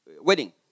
Wedding